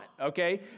okay